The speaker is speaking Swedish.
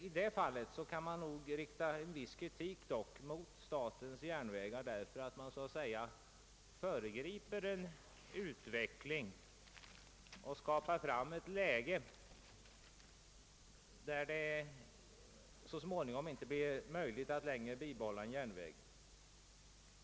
I det avseendet torde man kunna rikta en viss kritik mot statens järnvägar, eftersom detta företag så att säga föregriper utvecklingen genom att skapa ett läge, där det så småningom inte längre blir möjligt att bibehålla en järnväg.